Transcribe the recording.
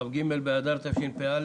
כ"ג באדר התשפ"א.